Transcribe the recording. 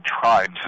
tribes